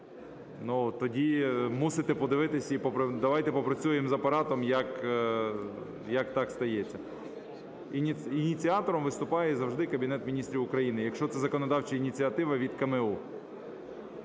Тоді мусите подивитись, і давайте попрацюємо з Апаратом як так стається. Ініціатором виступає завжди Кабінет Міністрів України, якщо це законодавча ініціатива від КМУ.